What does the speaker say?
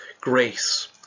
grace